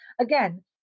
again